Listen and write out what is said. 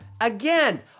again